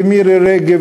ומירי רגב,